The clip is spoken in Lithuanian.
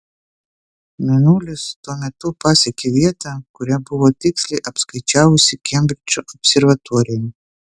mėnulis tuo metu pasiekė vietą kurią buvo tiksliai apskaičiavusi kembridžo observatorija